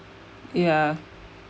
ya